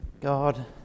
God